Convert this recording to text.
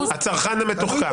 הצרכן המתוחכם.